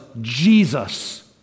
Jesus